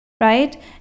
right